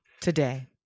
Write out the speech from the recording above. today